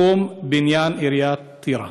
בתחום בניין עיריית טירה.